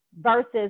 versus